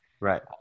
Right